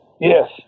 Yes